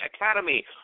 Academy